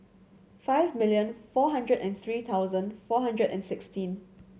five million four hundred and three thousand four hundred and sixteen